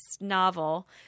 novel